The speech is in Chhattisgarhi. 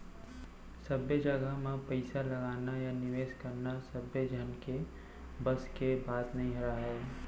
सब्बे जघा म पइसा लगाना या निवेस करना सबे झन के बस के बात नइ राहय